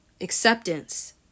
acceptance